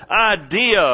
idea